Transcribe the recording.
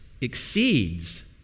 exceeds